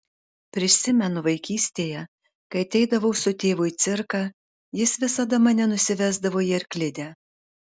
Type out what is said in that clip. prisimenu vaikystėje kai ateidavau su tėvu į cirką jis visada mane nusivesdavo į arklidę